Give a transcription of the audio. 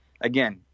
Again